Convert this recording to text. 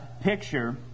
picture